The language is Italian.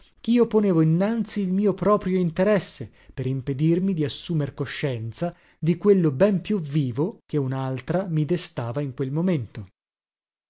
intravedere chio ponevo innanzi il mio proprio interesse per impedirmi di assumer coscienza di quello ben più vivo che unaltra mi destava in quel momento